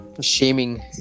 shaming